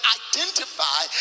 identify